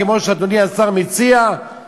כמו שאדוני השר מציע,